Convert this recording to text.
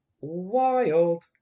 wild